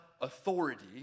authority